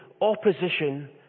opposition